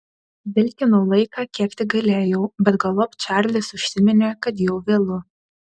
vilkinau laiką kiek tik galėjau bet galop čarlis užsiminė kad jau vėlu